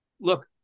Look